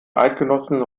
eidgenossen